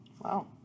Wow